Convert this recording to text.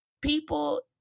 people